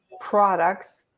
products